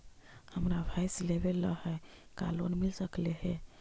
हमरा भैस लेबे ल है का लोन मिल सकले हे?